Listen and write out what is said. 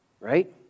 Right